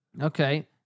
Okay